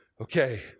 Okay